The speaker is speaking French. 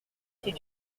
c’est